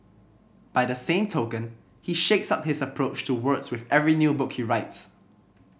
by the same token he shakes up his approach to words with every new book he writes